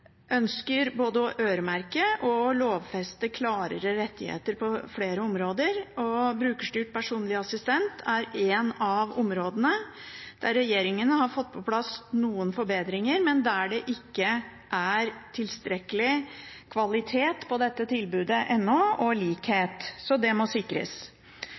ønsker både å øremerke og lovfeste klarere rettigheter på flere områder. Brukerstyrt personlig assistent er et av områdene der regjeringen har fått på plass noen forbedringer, men der det ikke er tilstrekkelig kvalitet og likhet på dette tilbudet ennå. Så det må sikres.